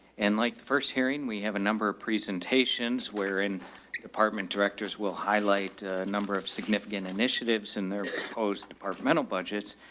and like the first hearing, we have a number of presentations where in the department directors will highlight a number of significant initiatives in their post departmental budgets.